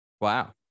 Wow